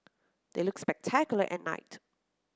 they look spectacular at night